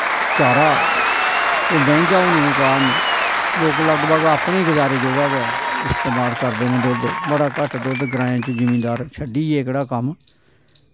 चारा ओह् मैहंगा होने दे कारण लोग लगभग अपने गै गजारे जोगा गै इस्तेमाल करदे नै दुध बड़ा घट्ट दुध ग्राएं च जिमीदार छड्डी गए एह्कड़ा कम्म